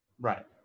right